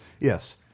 Yes